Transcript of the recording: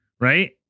right